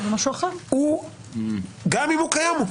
גם אם הוא קיים,